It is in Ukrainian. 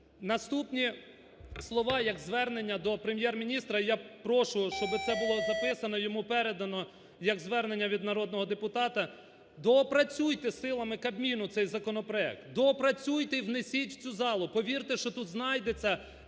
Наступні слова як звернення до Прем'єр-міністра. І я прошу, щоб це було записано і йому передано як звернення від народного депутата. Доопрацюйте силами Камбіну цей законопроект. Доопрацюйте і внесіть в цю залу. Повірте, що тут знайдеться